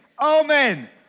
amen